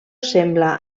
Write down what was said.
sembla